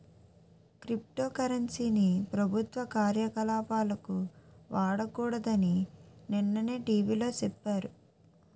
crypto currency ని ప్రభుత్వ కార్యకలాపాలకు వాడకూడదని నిన్ననే టీ.వి లో సెప్పారు